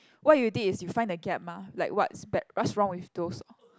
what you did is you find the gap mah like what's bad what's wrong with those